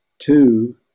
Two